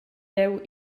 jeu